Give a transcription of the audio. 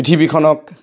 পৃথিৱীখনক